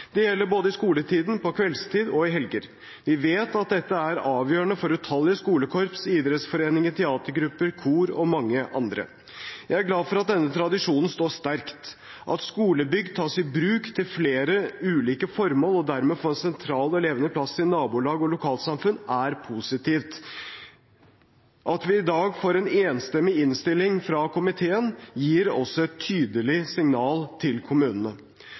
Det gjelder både i skoletiden, på kveldstid og i helger. Vi vet at dette er avgjørende for utallige skolekorps, idrettsforeninger, teatergrupper, kor og mange andre. Jeg er glad for at denne tradisjonen står sterkt. At skolebygg tas i bruk til flere ulike formål og dermed får en sentral og levende plass i nabolag og lokalsamfunn, er positivt. At vi i dag får en enstemmig innstilling fra komiteen, gir også et tydelig signal til kommunene.